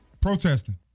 protesting